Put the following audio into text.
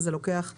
וזה לוקח זמן,